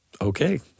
okay